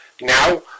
Now